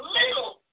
little